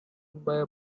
bye